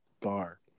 bar